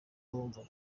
urumva